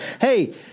Hey